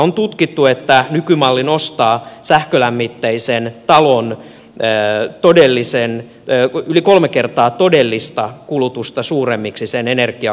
on tutkittu että nykymalli nostaa sähkölämmitteisen talon energiankulutuksen yli kolme kertaa todellista kulutusta suuremmaksi